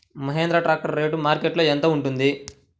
Mahindra tractor rate మార్కెట్లో యెంత ఉంటుంది?